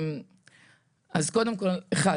אז קודם כל אחד,